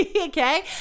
okay